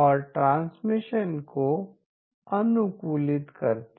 और ट्रांसमिशन को अनुकूलित करते हैं